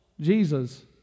Jesus